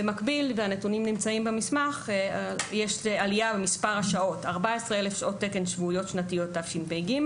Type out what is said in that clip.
במקביל יש עלייה במספר השעות 14 אלף שעות תקן שבועיות שנתיות בתשפ"ג,